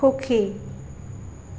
সুখী